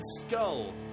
Skull